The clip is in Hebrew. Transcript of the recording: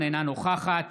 אינה נוכחת